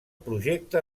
projecte